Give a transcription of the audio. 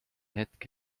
hetk